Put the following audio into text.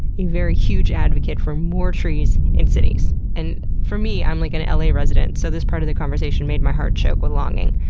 a very huge advocate for more trees in cities. and for me, i'm like an la resident, so this part of the conversation made my heart choke with longing.